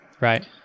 Right